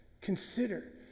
consider